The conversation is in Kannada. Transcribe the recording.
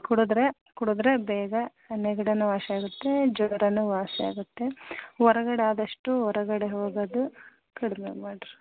ಕುಡಿದ್ರೆ ಕುಡಿದ್ರೆ ಬೇಗ ನೆಗಡೀನೂ ವಾಸಿಯಾಗುತ್ತೆ ಜ್ವರಾನೂ ವಾಸಿಯಾಗುತ್ತೆ ಹೊರಗಡೆ ಆದಷ್ಟು ಹೊರಗಡೆ ಹೋಗೋದು ಕಡಿಮೆ ಮಾಡಿರಿ